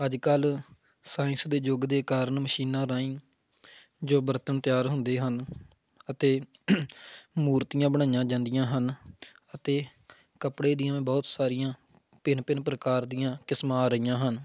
ਅੱਜ ਕੱਲ੍ਹ ਸਾਇੰਸ ਦੇ ਯੁੱਗ ਦੇ ਕਾਰਨ ਮਸ਼ੀਨਾਂ ਰਾਹੀਂ ਜੋ ਬਰਤਨ ਤਿਆਰ ਹੁੰਦੇ ਹਨ ਅਤੇ ਮੂਰਤੀਆਂ ਬਣਾਈਆਂ ਜਾਂਦੀਆਂ ਹਨ ਅਤੇ ਕੱਪੜੇ ਦੀਆਂ ਬਹੁਤ ਸਾਰੀਆਂ ਭਿੰਨ ਭਿੰਨ ਪ੍ਰਕਾਰ ਦੀਆਂ ਕਿਸਮਾਂ ਆ ਰਹੀਆਂ ਹਨ